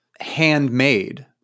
handmade